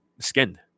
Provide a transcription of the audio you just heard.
Skinned